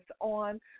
on